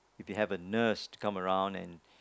if we have a nurse come around and